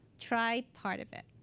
try part of it.